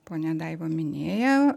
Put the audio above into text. ponia daiva minėjo